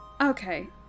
Okay